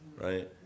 Right